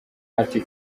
ati